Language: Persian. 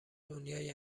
دنیای